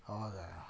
ಆವಾಗ